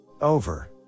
Over